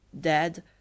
Dead